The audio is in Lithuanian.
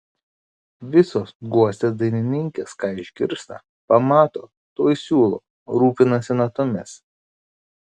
visos guostės dainininkės ką išgirsta pamato tuoj siūlo rūpinasi natomis